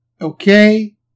Okay